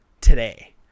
today